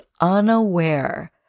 unaware